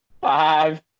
five